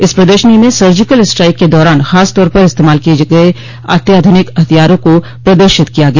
इस प्रदर्शनी में सर्जिकल स्ट्राइक के दौरान खासतौर पर इस्तेमाल किये गये अत्याधुनिक हथियारों को प्रदर्शित किया गया